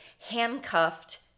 handcuffed